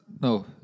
no